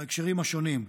בהקשרים השונים.